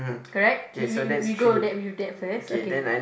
correct we we we go that with that first okay